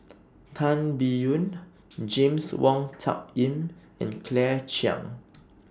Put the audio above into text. Tan Biyun James Wong Tuck Yim and Claire Chiang